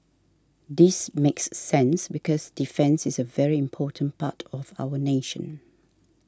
this makes sense because defence is a very important part of our nation